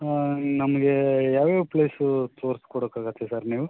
ಹಾಂ ನಮಗೆ ಯಾವ್ಯಾವ ಪ್ಲೇಸು ತೋರಿಸ್ಕೊಡೊಕಾಗುತ್ತೆ ಸರ್ ನೀವು